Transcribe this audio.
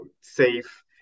safe